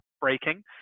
breaking